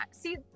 See